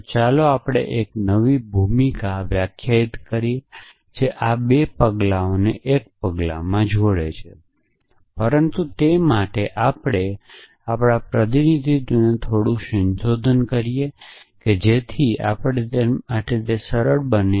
તો ચાલો આપણે એક નવી ભૂમિકા વ્યાખ્યાયિત કરીએ જે આ 2 પગલાઓને 1 પગલામાં જોડે છે પરંતુ તે માટે આપણે આપણા પ્રતિનિધિત્વને થોડુંક સંશોધિત કરીએ જેથી તે આપણા માટે સરળ બને